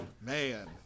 man